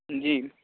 جی